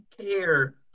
care